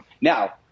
Now